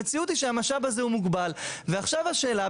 המציאות היא שהמשאב הזה הוא מוגבל ועכשיו השאלה,